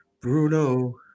Bruno